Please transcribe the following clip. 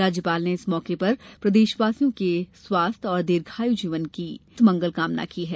राज्यपाल ने इस मौके पर प्रदेशवासियों के स्वस्थ्य और दीर्घाय् जीवन की स्वस्थ मंगल कामना की है